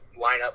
lineup